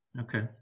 Okay